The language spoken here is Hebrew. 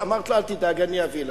אמרתי לו: אל תדאג, אני אביא לך.